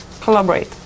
Collaborate